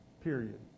Period